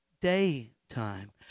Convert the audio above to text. daytime